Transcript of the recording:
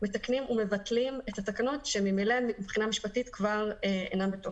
מתקנים ומבטלים את התקנות שממילא מבחינה משפטית כבר אינן בתוקף.